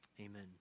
Amen